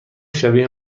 شبیه